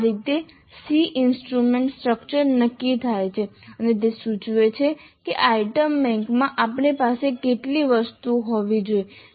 આ રીતે SEE instrument structure નક્કી થાય છે અને તે સૂચવે છે કે આઇટમ બેંકમાં આપણી પાસે કેટલી વસ્તુઓ હોવી જોઈએ